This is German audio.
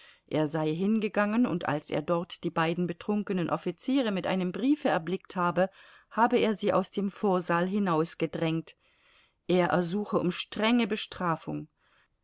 er sei hingegangen und als er dort die beiden betrunkenen offiziere mit einem briefe erblickt habe habe er sie aus dem vorsaal hinausgedrängt er ersuche um strenge bestrafung